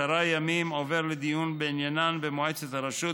עשרה ימים עובר לדיון בעניינן במועצת הרשות,